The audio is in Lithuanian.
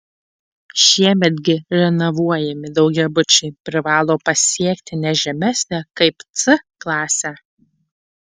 šiemet gi renovuojami daugiabučiai privalo pasiekti ne žemesnę kaip c klasę